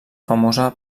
famosa